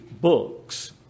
books